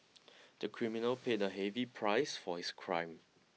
the criminal paid a heavy price for his crime